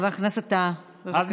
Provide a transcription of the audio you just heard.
חבר הכנסת טאהא, בבקשה.